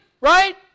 Right